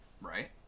Right